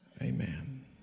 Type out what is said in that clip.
Amen